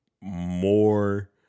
more